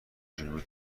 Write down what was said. جنوبی